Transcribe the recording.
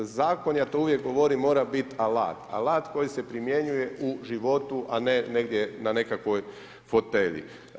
Zakoni, a ja to uvijek govorim, mora biti alat, alat koji se primjenjuje u životu, a ne na nekakvoj fotelji.